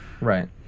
right